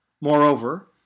Moreover